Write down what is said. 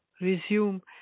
Resume